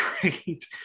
great